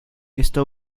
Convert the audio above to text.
está